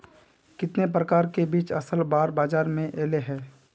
कितने प्रकार के बीज असल बार बाजार में ऐले है?